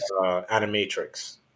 animatrix